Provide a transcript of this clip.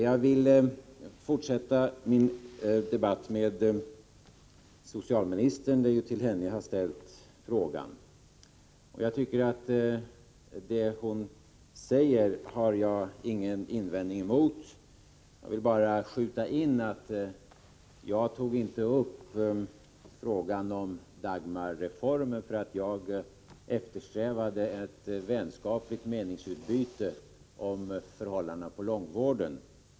Jag vill fortsätta min debatt med socialministern — det är ju till henne jag har ställt interpellationen. Jag har ingen invändning emot det socialministern säger. Låt mig bara inskjuta att jag inte tog upp frågan om Dagmarreformen därför att jag eftersträvade ett vänskapligt meningsutbyte om förhållandena inom långvården.